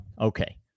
Okay